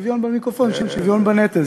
שוויון במיקרופון, שוויון בנטל,